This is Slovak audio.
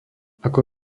ako